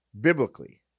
biblically